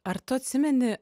ar tu atsimeni